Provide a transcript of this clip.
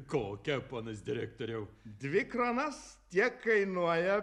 kokią ponas direktoriau dvi kronas tiek kainuoja